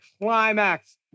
climax